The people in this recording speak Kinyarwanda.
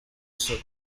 isuku